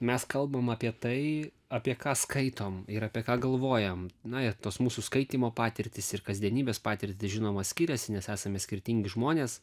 mes kalbam apie tai apie ką skaitom ir apie ką galvojame na ir tos mūsų skaitymo patirtys ir kasdienybės patirtys žinoma skiriasi nes esame skirtingi žmonės